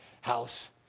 house